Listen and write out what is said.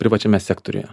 privačiame sektoriuje